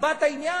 ליבת העניין.